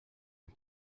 and